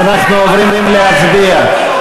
אנחנו עוברים להצבעה.